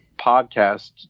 podcast